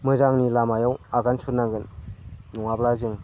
मोजांनि लामायाव आगान सुरनांगौ नङाब्ला जों